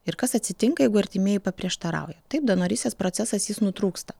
ir kas atsitinka jeigu artimieji paprieštarauja taip donorystės procesas jis nutrūksta